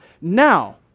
now